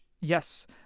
Yes